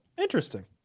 Interesting